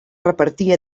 repartir